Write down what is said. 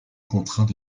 contraint